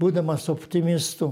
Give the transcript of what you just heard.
būdamas optimistu